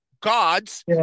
gods